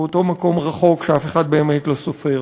כאותו מקום רחוק שאף אחד באמת לא סופר,